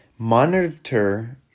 Monitor